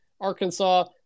Arkansas